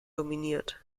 dominiert